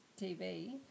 TV